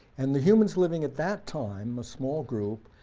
and the humans living at that time, a small group,